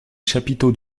chapiteaux